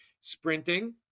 sprinting